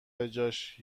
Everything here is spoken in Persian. بجاش